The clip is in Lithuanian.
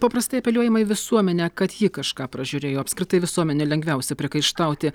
paprastai apeliuojama į visuomenę kad ji kažką pražiūrėjo apskritai visuomenei lengviausia priekaištauti